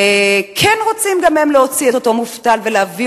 כן רוצים גם הם להוציא את אותו מובטל ולהביא